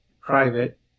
private